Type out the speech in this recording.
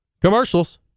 Commercials